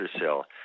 cell